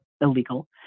illegal